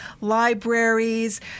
libraries